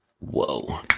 Whoa